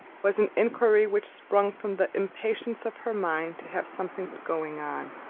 was an inquiry which sprung from the impatience of her mind to have something going on.